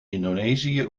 indonesië